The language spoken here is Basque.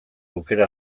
aukera